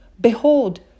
Behold